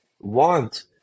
want